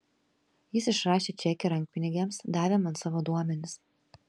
jis išrašė čekį rankpinigiams davė man savo duomenis